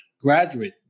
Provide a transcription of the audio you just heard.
graduate